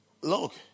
Look